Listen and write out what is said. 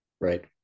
right